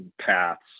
paths